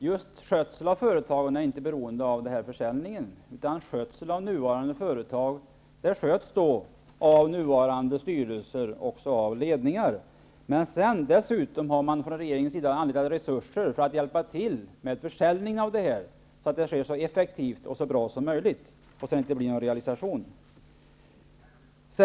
Herr talman! Skötseln av företagen är inte beroende av försäljningen. Företagen sköts av de nuvarande styrelserna och ledningarna, men dessutom har regeringen ställt resurser till förfogande för att hjälpa till med försäljningen, så att denna sker så effektivt och bra som möjligt och så att det inte blir fråga om någon realisation.